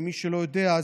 למי שלא יודע,